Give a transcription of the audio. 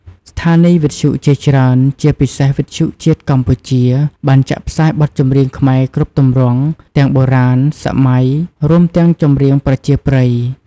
ស្ថានីយវិទ្យុជាច្រើន ជាពិសេសវិទ្យុជាតិកម្ពុជា បានចាក់ផ្សាយបទចម្រៀងខ្មែរគ្រប់ទម្រង់ ទាំងបុរាណ សម័យ រួមទាំងចម្រៀងប្រជាប្រិយ។